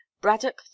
braddock